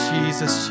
Jesus